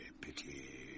pity